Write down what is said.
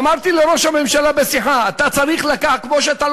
ואמרתי לראש הממשלה בשיחה: אתה צריך לקחת,